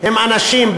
הם אנשים,